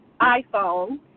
iPhone